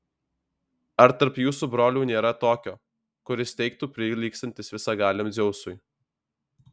ar tarp jūsų brolių nėra tokio kuris teigtų prilygstantis visagaliam dzeusui